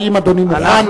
אבל אם אדוני מוכן,